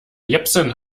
jepsen